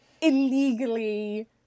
illegally